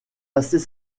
assez